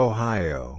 Ohio